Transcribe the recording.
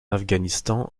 afghanistan